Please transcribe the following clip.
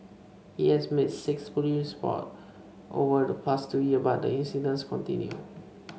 he has made six police reports over the past two year but the incidents continued